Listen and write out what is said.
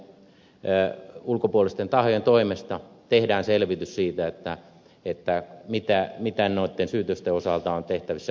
puolueettomien ulkopuolisten tahojen toimesta tehdään selvitys siitä mitä johtopäätöksiä noitten syytösten osalta on tehtävissä